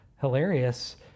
hilarious